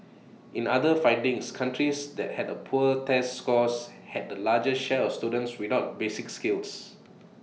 in other findings countries that had A poor test scores had the largest share of students without basic skills